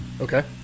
Okay